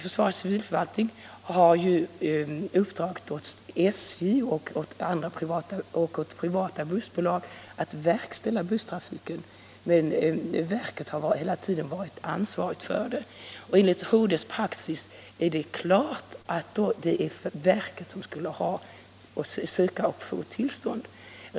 Försvarets civilförvaltning har uppdragit åt SJ och åt privata bussbolag att verkställa busstrafiken, men verket har hela tiden varit ansvarigt för den. Enligt HD:s praxis är det klart att det är verket som skulle söka och få tillstånd.